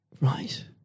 Right